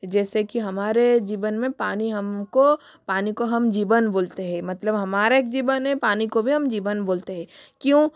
जैसे कि हमारे जीवन में पानी हम को पानी को हम जीवन बोलते हैं मतलब हमारा एक जीवन है पानी को भी हम जीवन बोलते हैं क्यों